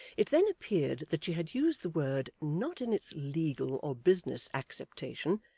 it then appeared that she had used the word, not in its legal or business acceptation,